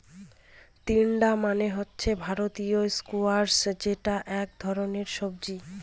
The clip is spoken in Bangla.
তিনডা মানে হচ্ছে ভারতীয় স্কোয়াশ যেটা এক ধরনের সবজি